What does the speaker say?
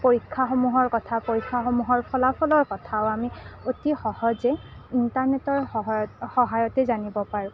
পৰীক্ষাসমূহৰ কথা পৰীক্ষাসমূহৰ ফলাফলৰ কথাও আমি অতি সহজেই ইণ্টাৰনেটৰ সহায়ত সহায়তে আমি জানিব পাৰোঁ